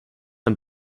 ein